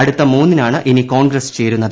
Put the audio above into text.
അടുത്ത മൂന്നിനാണ് ഇനി കോൺഗ്രസ് ചേരുന്നത്